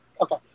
okay